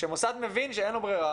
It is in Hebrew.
כשמוסד מבין שאין לו ברירה